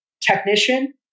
technician